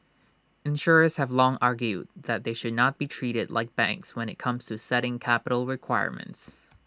insurers have long argued they should not be treated like banks when IT comes to setting capital requirements